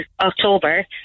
October